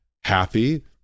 happy